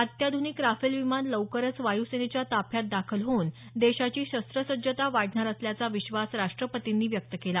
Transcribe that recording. अत्याध्निक राफेल विमान लवकरच वायुसेनेच्या ताफ्यात दाखल होऊन देशाची शस्त्रसज्जता वाढणार असल्याचा विश्वास राष्ट्रपतींनी व्यक्त केला